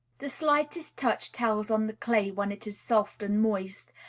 the slightest touch tells on the clay when it is soft and moist,